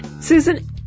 Susan